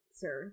sir